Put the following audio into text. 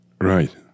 Right